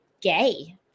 gay